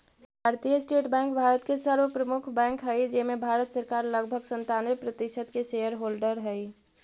भारतीय state bank Bharat के सर्व प्रमुख बैंक हइ जेमें भारत सरकार लगभग सन्तानबे प्रतिशत के शेयर होल्डर हइ